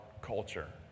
culture